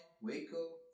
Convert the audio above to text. Waco